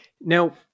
Now